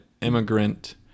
immigrant